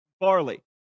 barley